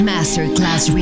Masterclass